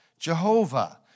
Jehovah